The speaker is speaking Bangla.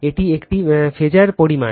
এটি একটি ফ্যাসার পরিমাণ